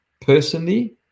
personally